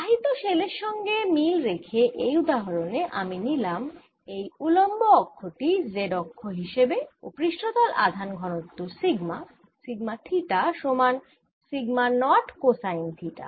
আহিত শেল এর সঙ্গে মিল রেখে এই উদাহরণে আমি নিলাম এই উল্লম্ব অক্ষ টি z অক্ষ হিসেবে ও পৃষ্ঠতল আধান হল সিগমা সিগমা থিটা সমান সিগমা নট কসাইন থিটা